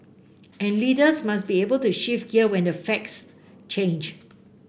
and leaders must be able to shift gear when the facts change